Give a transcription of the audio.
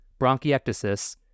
bronchiectasis